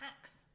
hacks